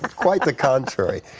quite the contrary.